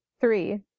Three